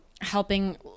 helping